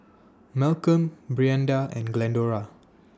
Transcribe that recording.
Malcolm Brianda and Glendora